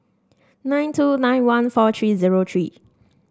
nine two nine one four three zero three